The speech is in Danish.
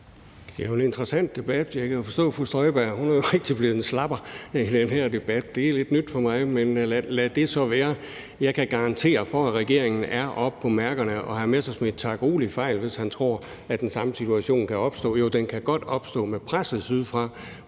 Det er jo en interessant debat. Jeg kan forstå, at fru Inger Støjberg rigtig er blevet en slapper i den her debat. Det er lidt nyt for mig. Men lad det ligge. Jeg kan garantere for, at regeringen er oppe på mærkerne, og hr. Morten Messerschmidt tager gruelig fejl, hvis han tror, at den samme situation kan opstå. Jo, den kan godt opstå med presset sydfra,